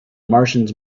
martians